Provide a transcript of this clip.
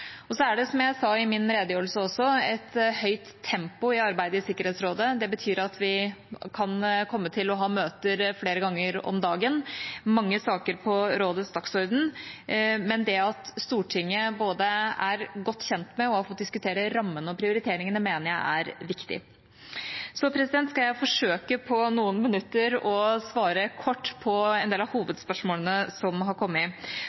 ha. Så er det, som jeg sa i min redegjørelse også, et høyt tempo i arbeidet i Sikkerhetsrådet. Det betyr at vi kan komme til å ha møter flere ganger om dagen, det er mange saker på rådets dagsorden, men det at Stortinget både er godt kjent med og diskuterer rammene og prioriteringene, mener jeg er viktig. Jeg skal forsøke på noen minutter å svare kort på en del av hovedspørsmålene som har kommet,